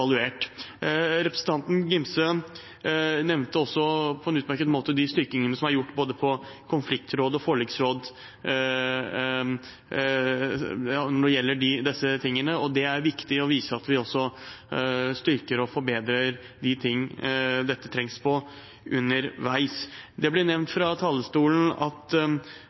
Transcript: Representanten Angell Gimse nevnte på en utmerket måte de styrkingene som er gjort både på konfliktråd og forliksråd når det gjelder disse tingene, og det er viktig å vise at vi også styrker og forbedrer der dette trengs underveis. Det ble nevnt fra talerstolen at